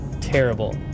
Terrible